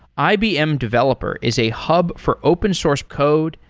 ibm developer is a hub for open source code,